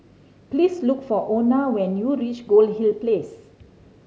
please look for Ona when you reach Goldhill Place